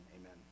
Amen